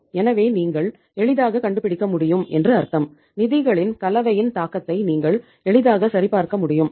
எனவே நீங்கள் எளிதாக கண்டுபிடிக்க முடியும் என்று அர்த்தம் நிதிகளின் கலவையின் தாக்கத்தை நீங்கள் எளிதாக சரிபார்க்க முடியும்